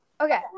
Okay